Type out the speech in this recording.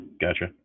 gotcha